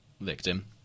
victim